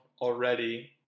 already